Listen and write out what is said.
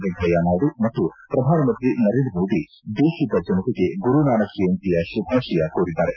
ವೆಂಕಯ್ಯ ನಾಯ್ಡು ಮತ್ತು ಶ್ರಧಾನಮಂತ್ರಿ ನರೇಂದ್ರ ಮೋದಿ ದೇಶದ ಜನತೆಗೆ ಗುರುನಾನಕ್ ಜಯಂತಿಯ ಶುಭಾಶಯ ಕೋರಿದ್ದಾರೆ